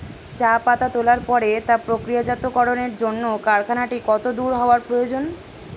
চা পাতা তোলার পরে তা প্রক্রিয়াজাতকরণের জন্য কারখানাটি কত দূর হওয়ার প্রয়োজন?